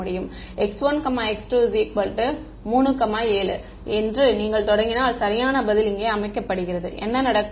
அதனால் x1 x2 3 7 என்று நீங்கள் தொடங்கினால் சரியான பதில் இங்கே அமைக்கப்படுகிறது என்ன நடக்கும்